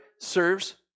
serves